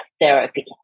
therapy